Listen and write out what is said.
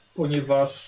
ponieważ